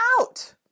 out